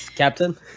Captain